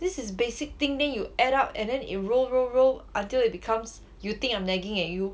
this is basic thing then you add up and then it roll roll roll until it becomes you think I'm nagging at you